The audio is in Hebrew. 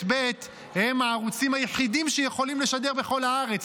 ב' הם הערוצים היחידים שיכולים לשדר בכל הארץ.